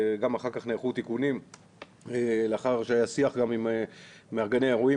גם אחר כך נערכו תיקונים לאחר שהיה שיח גם עם מארגני אירועים